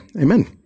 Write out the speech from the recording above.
Amen